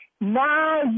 Now